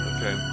Okay